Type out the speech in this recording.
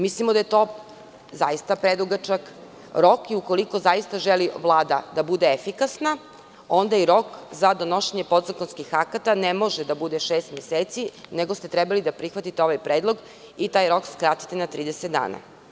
Mislimo da je to zaista predugačak rok i ukoliko zaista želi Vlada da bude efikasna, onda i rok za donošenje podzakonskih akata ne može da bude šest meseci, nego ste trebali da prihvatite ovaj predlog i taj rok skratite na 30 dana.